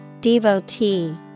Devotee